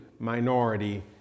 minority